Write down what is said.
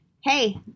Hey